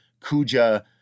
Kuja